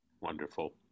Wonderful